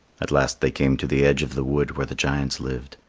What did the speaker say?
at last they came to the edge of the wood where the giants lived.